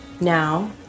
now